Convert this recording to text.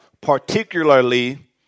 particularly